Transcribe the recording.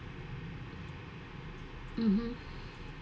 mmhmm